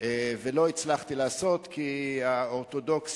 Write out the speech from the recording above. ולא הצלחתי לעשות, כי האורתודוקסים,